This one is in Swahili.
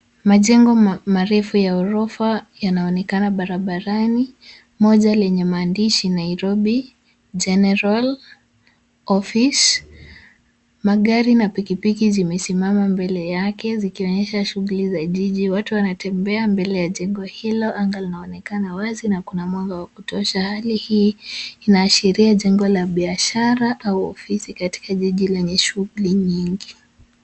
Majengo marefu ya orofa yanaonekana barabarani. Moja lenye maandishi Nairobi General Office. Magari na pikipiki zimesimama mbele yake zikionyesha shuguli za jiji. Watu wanatembea mbele ya jengo hilo, anga linaonekana wazi na kuna mwanga wa kutosha. Hali hii ina ashiria jengo la biashara au ofisi katika jiji lenye shuguli nyingi.